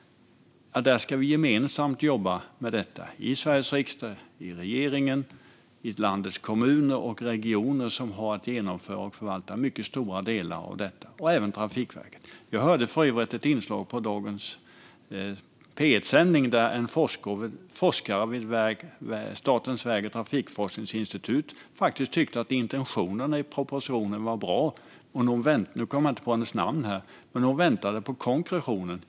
Vi ska gemensamt jobba med detta i Sveriges riksdag, i regeringen, i landets kommuner och regioner, som har att genomföra och förvalta mycket stora delar av detta, och även i Trafikverket. Jag hörde för övrigt ett inslag i dagens P1-sändning där en forskare vid Statens väg och trafikforskningsinstitut faktiskt tyckte att intentionerna i propositionen var bra. Nu kommer jag inte på hennes namn, men hon väntade på konkretionen.